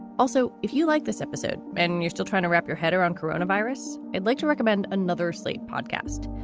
also, if you like this episode and you're still trying to wrap your head around corona virus, i'd like to recommend another slate podcast.